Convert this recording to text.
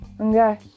Okay